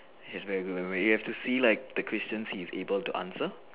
he has very good memory you have to see like the questions he is able to answer